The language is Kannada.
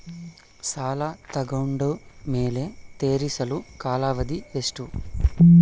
ಸಾಲ ತಗೊಂಡು ಮೇಲೆ ತೇರಿಸಲು ಕಾಲಾವಧಿ ಎಷ್ಟು?